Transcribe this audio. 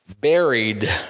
buried